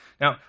Now